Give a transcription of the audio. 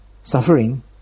suffering